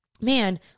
man